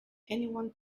anyone